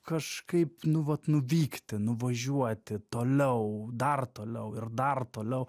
kažkaip nu vat nuvykti nuvažiuoti toliau dar toliau ir dar toliau